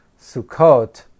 Sukkot